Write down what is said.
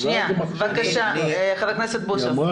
בבקשה ח"כ בוסו.